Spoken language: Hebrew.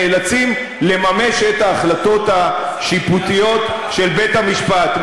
נאלצים לממש את ההחלטות השיפוטיות של בית-המשפט.